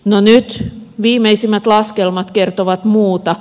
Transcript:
no nyt viimeisimmät laskelmat kertovat muuta